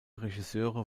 regisseure